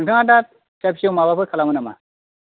अ' नोंथाङा दा फिसा फिसौ माबाफोर खालामो नामा